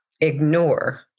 ignore